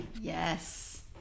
yes